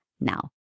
now